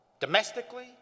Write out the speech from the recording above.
domestically